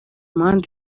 muhanda